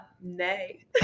Nay